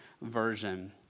Version